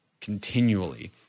continually